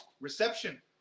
reception